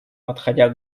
подходя